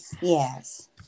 Yes